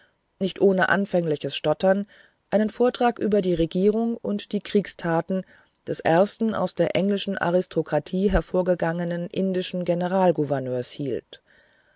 nicht ohne anfängliches stottern einen vortrag über die regierung und die kriegstaten des ersten aus der englischen aristokratie hervorgegangenen indischen generalgouverneurs hielt